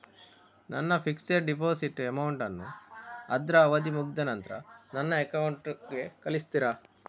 ನನ್ನ fixed deposit amount ಅನ್ನು ಅದ್ರ ಅವಧಿ ಮುಗ್ದ ನಂತ್ರ ನನ್ನ ಅಕೌಂಟ್ ಗೆ ಕಳಿಸ್ತೀರಾ?